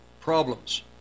problems